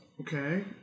Okay